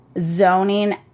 zoning